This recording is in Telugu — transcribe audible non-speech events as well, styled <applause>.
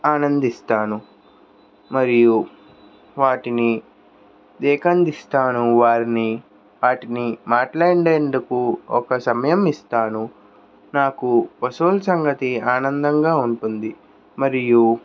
ఆనందిస్తాను మరియు వాటిని <unintelligible> వారిని వాటిని మాట్లాడేందుకు ఒక సమయం ఇస్తాను నాకు పశువుల సంగతి ఆనందంగా ఉంటుంది మరియు